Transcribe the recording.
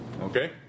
Okay